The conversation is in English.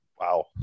Wow